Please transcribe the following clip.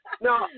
No